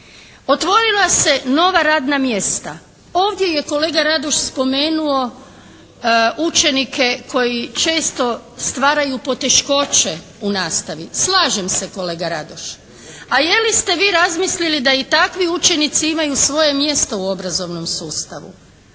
Otvorila se nova radna mjesta. Ovdje je kolega Radoš spomenuo učenike koji često stvaraju poteškoće u nastavi. Slažem se kolega Radoš. A je li ste vi razmislili da i takvi učenici imaju svoje mjesto u obrazovnom sustavu.